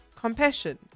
compassion